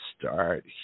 start